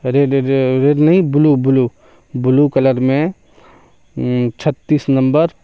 red red نہیں blue blue blue colour میں چھتیس نمبر